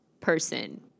person